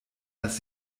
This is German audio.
das